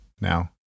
now